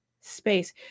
space